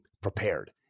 prepared